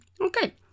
Okay